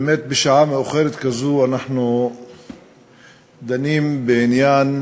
באמת, בשעה מאוחרת כזו אנחנו דנים בעניין